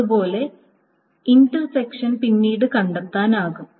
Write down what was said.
അതുപോലെ ഇൻറ്റർസെക്ഷൻ പിന്നീട് കണ്ടെത്താനാകും